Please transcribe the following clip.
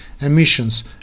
emissions